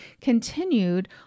continued